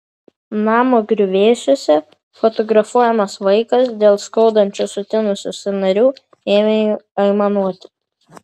namo griuvėsiuose fotografuojamas vaikas dėl skaudančių sutinusių sąnarių ėmė aimanuoti